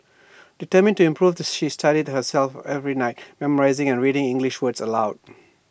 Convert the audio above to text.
determined to improve she studied herself every night memorising and reading English words aloud